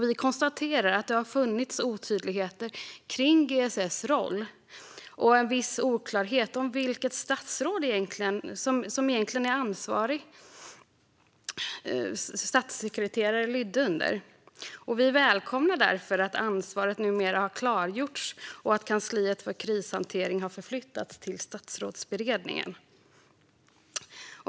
Vi konstaterar att det har funnits otydligheter i GSS roll och en viss oklarhet om vilket statsråd ansvarig statssekreterare egentligen lydde under. Vi välkomnar därför att ansvaret numera har klargjorts och att kansliet för krishantering har flyttats till Statsrådsberedningen.